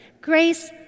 Grace